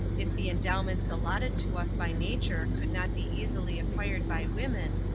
if the endowments allotted to us by nature could not be easily acquired by women,